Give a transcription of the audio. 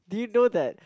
did you know that